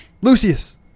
Lucius